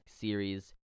series